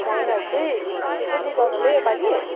धानहरू चाहिँ छिट्टै बुझाउनु ल योपालि